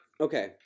Okay